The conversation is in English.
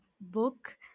book